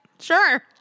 sure